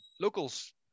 locals